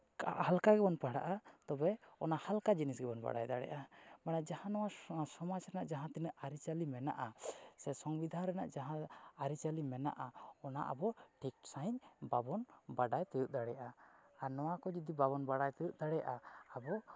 ᱦᱟᱞᱠᱟ ᱜᱮᱵᱚᱱ ᱯᱟᱲᱦᱟᱜᱼᱟ ᱛᱚᱵᱮ ᱚᱱᱟ ᱦᱟᱞᱠᱟ ᱡᱤᱱᱤᱥ ᱜᱮᱵᱚᱱ ᱵᱟᱲᱟᱭ ᱫᱟᱲᱮᱭᱟᱜᱼᱟ ᱢᱟᱱᱮ ᱡᱟᱦᱟᱸ ᱱᱚᱣᱟ ᱥᱚᱢᱟᱡᱽ ᱨᱮᱱᱟᱜ ᱡᱟᱦᱟᱸ ᱛᱤᱱᱟᱹᱜ ᱟᱹᱨᱤᱪᱟᱹᱞᱤ ᱢᱮᱱᱟᱜᱼᱟ ᱥᱮ ᱥᱚᱝᱵᱤᱫᱷᱟᱱ ᱨᱮᱱᱟᱜ ᱡᱟᱦᱟᱸ ᱟᱹᱨᱤᱪᱟᱹᱞᱤ ᱢᱮᱱᱟᱜᱼᱟ ᱚᱱᱟ ᱟᱵᱚ ᱴᱷᱤᱠ ᱥᱟᱺᱦᱤᱡ ᱵᱟᱵᱚᱱ ᱵᱟᱰᱟᱭ ᱛᱤᱭᱳᱜ ᱫᱟᱲᱮᱭᱟᱜᱼᱟ ᱟᱨ ᱱᱚᱣᱟ ᱡᱩᱫᱤ ᱵᱟᱵᱚᱱ ᱵᱟᱲᱟᱭ ᱛᱤᱭᱳᱜ ᱫᱟᱲᱮᱭᱟᱜᱼᱟ ᱛᱟᱦᱞᱮ ᱟᱵᱚ